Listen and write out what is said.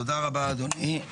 תודה רבה אדוני.